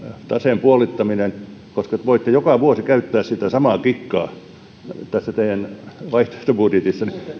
taseen puolittaminen koska voitte joka vuosi käyttää sitä samaa kikkaa teidän vaihtoehtobudjetissanne